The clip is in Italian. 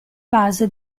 base